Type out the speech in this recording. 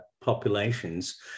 populations